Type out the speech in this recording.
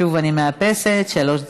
שוב אני מאפסת, שלוש דקות.